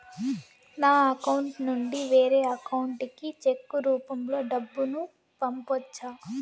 నా అకౌంట్ నుండి వేరే అకౌంట్ కి చెక్కు రూపం లో డబ్బును పంపొచ్చా?